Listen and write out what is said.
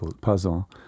puzzle